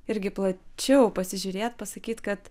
irgi plačiau pasižiūrėt pasakyt kad